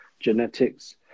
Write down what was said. genetics